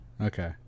Okay